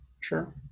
Sure